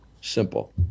simple